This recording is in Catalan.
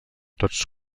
tots